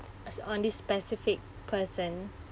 as on this specific person